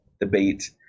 debate